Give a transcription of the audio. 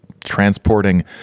transporting